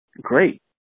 great